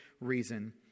reason